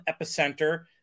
Epicenter